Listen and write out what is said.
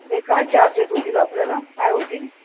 हे काय चार्जेस होतील आपल्याला काय होतील